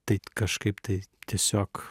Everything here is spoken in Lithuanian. tai kažkaip tai tiesiog